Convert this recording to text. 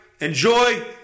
Enjoy